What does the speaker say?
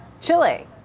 Chile